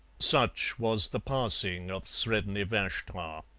such was the passing of sredni vashtar.